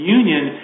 union